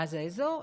מה זה האזור?